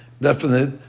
definite